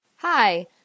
Hi